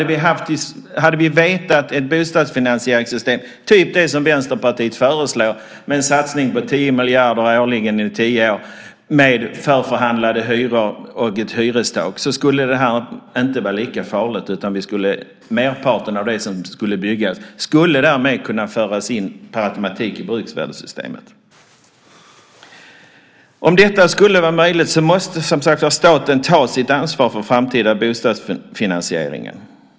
Om vi hade haft ett bostadsfinansieringssystem av den typ som Vänsterpartiet föreslår, med en satsning på 10 miljarder årligen i tio år med förförhandlade hyror och ett hyrestak, skulle det här inte vara lika farligt, utan merparten av det som skulle byggas skulle därmed kunna föras in per automatik i bruksvärdessystemet. Om detta skulle vara möjligt måste, som sagt var, staten ta sitt ansvar för den framtida bostadsfinansieringen.